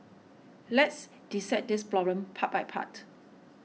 let's dissect this problem part by part